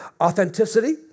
authenticity